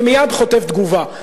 ומייד חוטף תגובה,